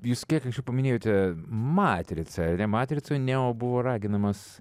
jūs kiek anksčiau paminėjote matricą ir matricoje neo buvo raginamas